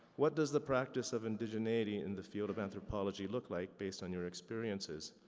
what does the practice of indigeneity in the field of anthropology look like, based on your experiences?